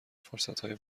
فرصتهای